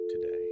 today